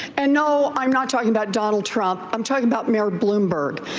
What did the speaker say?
and no, i'm not talking about donald trump. i'm talking about mayor bloomberg.